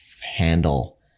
handle